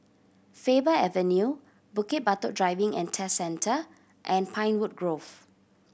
Faber Avenue Bukit Batok Driving and Test Centre and Pinewood Grove